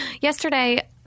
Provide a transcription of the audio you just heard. yesterday